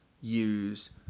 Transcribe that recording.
use